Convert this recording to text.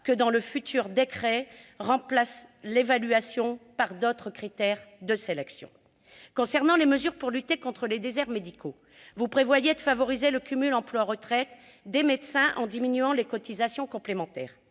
que le futur décret remplace l'évaluation par d'autres critères de sélection. Concernant les mesures pour lutter contre les déserts médicaux, vous prévoyez de favoriser le cumul emploi-retraite des médecins en diminuant les cotisations complémentaires.